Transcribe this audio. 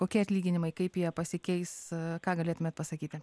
kokie atlyginimai kaip jie pasikeis ką galėtumėt pasakyti